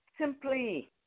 Simply